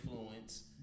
influence